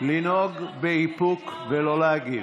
לנהוג באיפוק ולא להגיב.